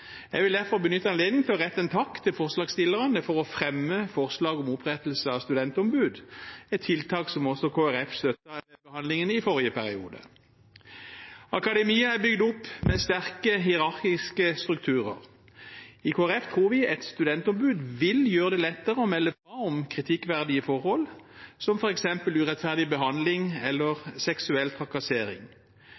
Jeg vil derfor benytte anledningen til å rette en takk til forslagsstillerne for å fremme forslag om opprettelse av studentombud, et tiltak som også Kristelig Folkeparti støttet ved behandlingen i forrige periode. Akademia er bygd opp med sterke hierarkiske strukturer. I Kristelig Folkeparti tror vi et studentombud vil gjøre det lettere å melde fra om kritikkverdige forhold, som f.eks. urettferdig behandling eller